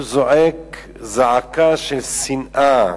הוא זועק זעקה של שנאה.